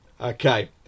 Okay